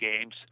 games